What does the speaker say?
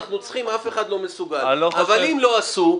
אף אחד לא מסוגל אבל אם לא עשו,